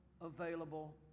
available